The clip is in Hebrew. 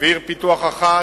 ועיר פיתוח אחת,